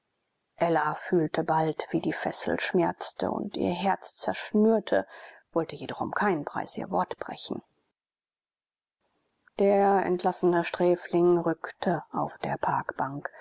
ella fühlte bald wie die fessel schmerzte und ihr herz zerschnürte wollte jedoch um keinen preis ihr wort brechen der entlassene sträfling rückte auf der parkbank